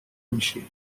میشی